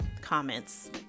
comments